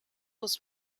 was